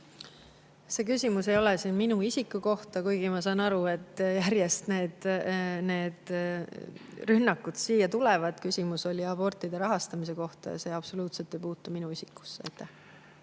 See arupärimine ei ole minu isiku kohta, kuigi ma saan aru, et järjest need rünnakud siin tulevad. Küsimus oli abortide rahastamise kohta ja see absoluutselt ei puutu minu isikusse.